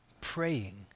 praying